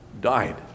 died